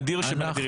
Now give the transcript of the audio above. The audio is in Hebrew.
נדיר שבנדירים.